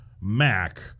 Mac –